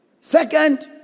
Second